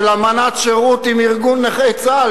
של אמנת שירות עם ארגון נכי צה"ל.